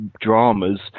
dramas